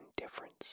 indifference